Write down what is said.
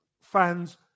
fans